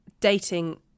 dating